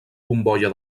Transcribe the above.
bombolla